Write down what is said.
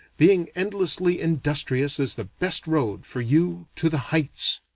being endlessly industrious is the best road for you to the heights.